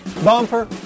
Bumper